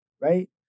right